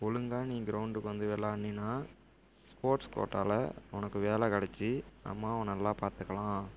ஒழுங்காக நீ கிரவுண்டுக்கு வந்து விளையாடுனா ஸ்போட்ர்ஸ் கோட்டாவில் உனக்கு வேலை கிடச்சி அம்மாவை நல்லா பார்த்துக்கலாம்